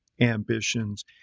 ambitions